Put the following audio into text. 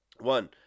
One